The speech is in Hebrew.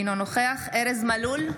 אינו נוכח ארז מלול,